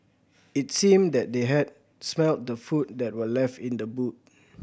it seemed that they had smelt the food that were left in the boot